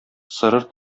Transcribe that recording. сорыр